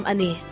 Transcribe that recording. Ani